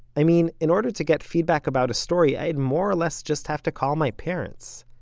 i mean in order to get feedback about a story, i'd more or less just have to call my parents.